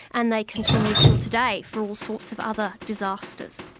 and they continued till today for all sorts of other disasters.